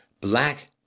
Black